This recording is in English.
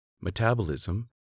metabolism